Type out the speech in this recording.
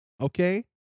Okay